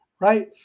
Right